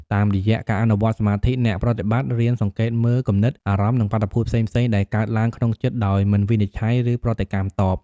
តាមរយៈការអនុវត្តន៍សមាធិ អ្នកប្រតិបត្តិរៀនសង្កេតមើលគំនិត អារម្មណ៍ និងបាតុភូតផ្សេងៗដែលកើតឡើងក្នុងចិត្ត ដោយមិនវិនិច្ឆ័យ ឬប្រតិកម្មតប។